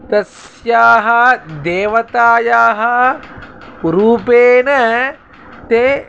तस्याः देवतायाः रूपेण ते